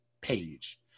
page